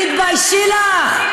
תתביישי לך.